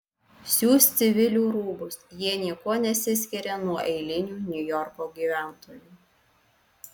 siūs civilių rūbus jie niekuo nesiskiria nuo eilinių niujorko gyventojų